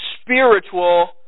spiritual